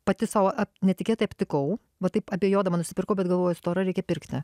pati sau netikėtai aptikau va taip abejodama nusipirkau bet galvoju stora reikia pirkti